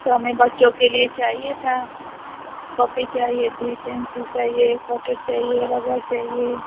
तो हमें बच्चों के लिए चाहिए था कॉपी चाहिए थी पेंसिल चाहिए कटर चाहिए रबर चाहिए